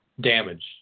damage